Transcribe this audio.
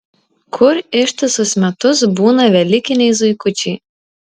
kur ištisus metus būna velykiniai zuikučiai